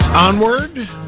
Onward